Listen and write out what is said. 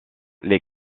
les